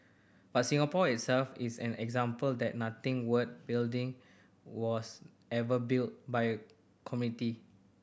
but Singapore itself is an example that nothing worth building was ever built by a committee